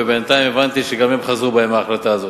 ובינתיים הבנתי שגם הם חזרו בהם מההחלטה הזאת.